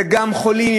וגם חולים,